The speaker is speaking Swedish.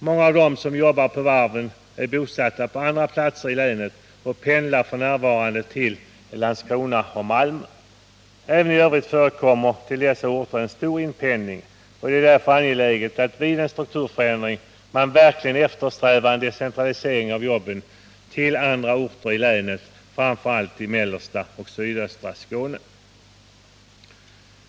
Många av dem som jobbar på varven är bosatta på andra platser i länet och pendlar f.n. till Landskrona eller Malmö. Även i övrigt förekommer en stor inpendling till dessa orter, och det är därför angeläget att man vid en strukturförändring verkligen eftersträvar en decentralisering av jobben till andra orter i länet, framför allt till mellersta och sydöstra Skåne.